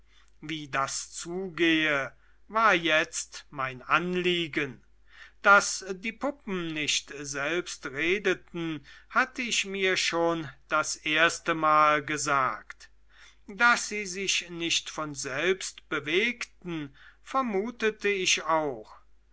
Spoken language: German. wie das zugehe war jetzt mein anliegen daß die puppen nicht selbst redeten hatte ich mir schon das erste mal gesagt daß sie sich nicht von selbst bewegten vermutete ich auch